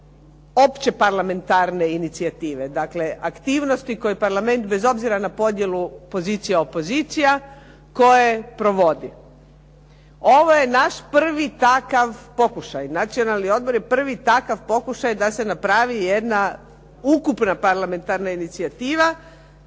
opće parlamentarne inicijative. Dakle, aktivnosti koje parlament bez obzira na podjelu pozicija opozicija koje provodi. Ovo je naš prvi takav pokušaj. Nacionalni odbor je prvi takav pokušaj da se napravi jedna ukupna parlamentarna inicijativa.